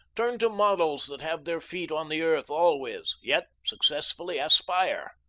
turn to models that have their feet on the earth always, yet successfully aspire.